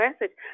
message